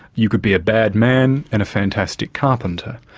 you could be a bad man and a fantastic carpenter.